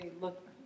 look